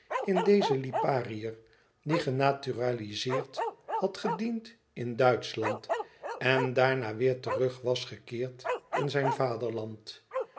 in dezen lipariër die genaturalizeerd had gediend in duitschland en daarna weêr terug was gekeerd in zijn vaderland